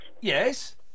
Yes